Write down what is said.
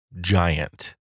giant